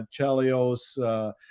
Chelios